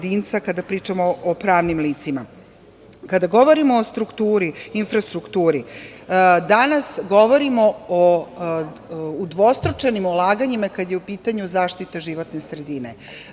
kada pričamo o pravnim licima. Kada govorimo o strukturi, o infrastrukturi, danas govorimo o udvostručenim ulaganjima kada je u pitanju zaštita životne sredine.